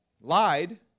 lied